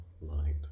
Light